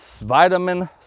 vitamin